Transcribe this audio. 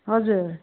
हजुर